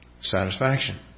Satisfaction